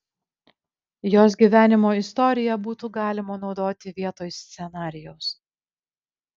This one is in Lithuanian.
jos gyvenimo istoriją būtų galima naudoti vietoj scenarijaus